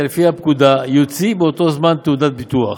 לפי הפקודה יוציא באותו זמן תעודת ביטוח,